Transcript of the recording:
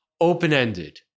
Open-ended